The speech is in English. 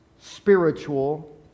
spiritual